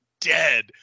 dead